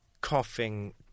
coughing